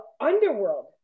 underworld